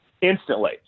instantly